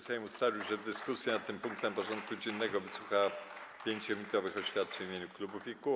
Sejm ustalił, że w dyskusji nad tym punktem porządku dziennego wysłucha 5-minutowych oświadczeń w imieniu klubów i kół.